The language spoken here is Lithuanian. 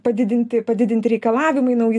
padidinti padidinti reikalavimai nauji